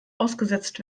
ausgesetzt